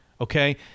okay